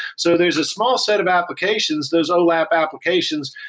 so there's a small set of applications, those olap applications,